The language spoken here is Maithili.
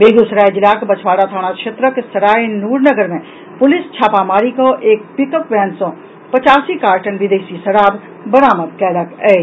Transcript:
बेगूसराय जिलाक बछवाड़ा थाना क्षेत्रक सराय नूरनगर मे पुलिस छापामारी कऽ एक पिकअप वैन सँ पचासी कार्टन विदेशी शराब बरामद कयलक अछि